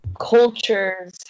Cultures